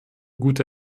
gute